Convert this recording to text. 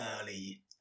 early